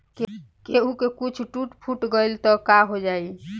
केहू के कुछ टूट फुट गईल त काहो जाई